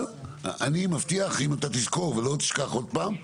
אבל אני מבטיח שאם אתה תזכור ולא תשכח עוד פעם,